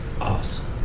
Awesome